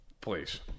please